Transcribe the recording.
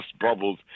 bubbles